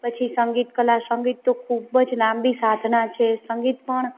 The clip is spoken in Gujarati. પછી સંગીતકલા સંગીત તો ખૂબ જ લાંબી સાધના છે સંગીત પણ